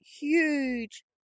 huge